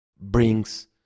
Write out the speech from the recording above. brings